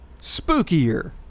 Spookier